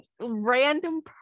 random